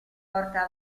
porta